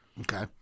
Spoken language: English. Okay